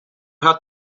hat